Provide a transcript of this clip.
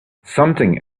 something